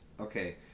okay